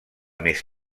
més